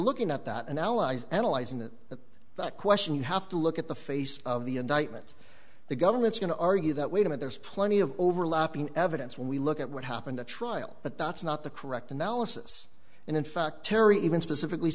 looking at that and allies analyzing that that that question you have to look at the face of the indictment the government's going to argue that we don't there's plenty of overlapping evidence when we look at what happened at trial but that's not the correct analysis and in fact terry even specifically